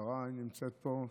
השרה אם היא נמצאת פה,